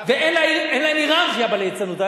ואין להם הייררכיה בליצנות.